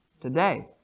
today